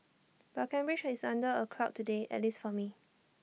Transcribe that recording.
but Cambridge is under A cloud today at least for me